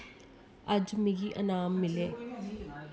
अज्ज मिगी अनाम मिले